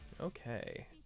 Okay